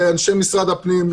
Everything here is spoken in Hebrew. לאנשי משרד הפנים,